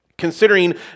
considering